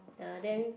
ya then